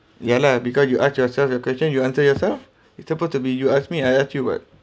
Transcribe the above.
ya lah because you ask yourself your question you answer yourself it's supposed to be you ask me I ask you [what]